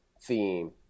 theme